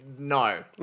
No